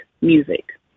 Music